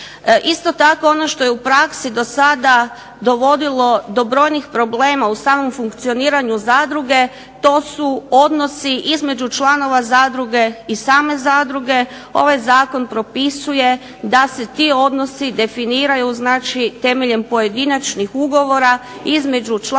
Isto tako ono što je u praksi do sada dovodilo do brojnih problema u samom funkcioniranja zadruge to su odnosi između članova zadruge i same zadruge. Ovaj zakon propisuje da se ti odnosi definiraju temeljem pojedinačnih ugovora između člana